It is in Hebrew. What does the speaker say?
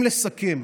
אם לסכם,